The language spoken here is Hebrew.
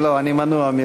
אה, לא, אני מנוע מלומר.